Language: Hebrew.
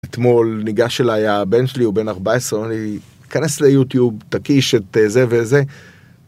אתמול ניגש אליי הבן שלי, הוא בן 14, אומר לי כנס ליוטיוב תקיש את זה וזה.